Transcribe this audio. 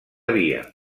via